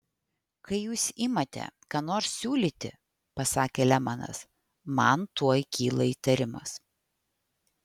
kai jūs imate ką nors siūlyti pasakė lemanas man tuoj kyla įtarimas